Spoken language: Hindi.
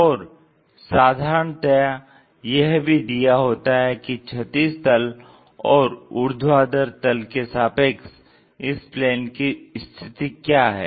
और साधारणतया यह भी दिया होता है कि क्षैतिज तल और ऊर्ध्वाधर तल के सापेक्ष इस प्लेन की स्थिति क्या है